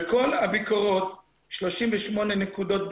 בכל הביקורות, 38 נקודות ביקורת,